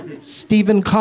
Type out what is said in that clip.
Stephen